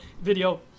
video